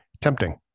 tempting